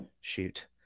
Shoot